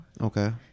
Okay